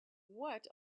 what